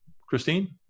Christine